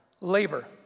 labor